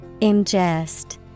Ingest